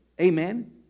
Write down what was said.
Amen